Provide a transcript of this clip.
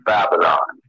Babylon